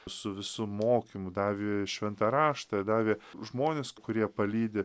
su visu mokymu davė šventą raštą davė žmones kurie palydi